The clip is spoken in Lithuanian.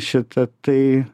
šita tai